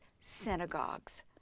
synagogues